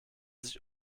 sich